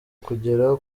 kugera